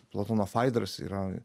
platono faidras yra